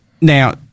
Now